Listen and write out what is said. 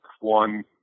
one